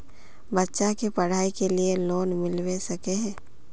बच्चा के पढाई के लिए लोन मिलबे सके है?